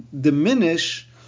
diminish